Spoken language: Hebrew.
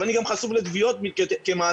אני גם חשוף לתביעות כמעסיק,